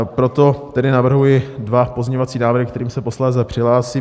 Proto tedy navrhuji dva pozměňovací návrhy, ke kterým se posléze přihlásím.